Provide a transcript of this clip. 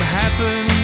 happen